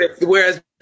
whereas